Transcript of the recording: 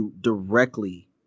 directly